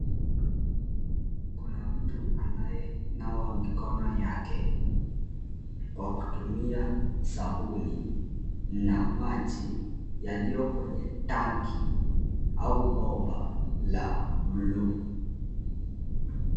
Kuna mtu anayenawa mikono yake kwa kutumia sabuni na maji yaliyo kwenye tanki au bomba la bluu.